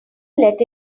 let